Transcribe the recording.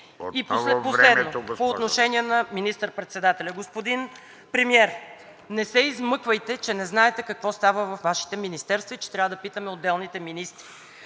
Последно. По отношение на министър-председателя. Господин Премиер, не се измъквайте, че не знаете какво става във Вашите министерства и че трябва да питаме отделните министри.